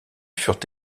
furent